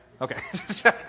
Okay